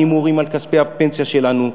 מהימורים על כספי הפנסיה שלנו,